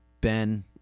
Ben